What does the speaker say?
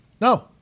No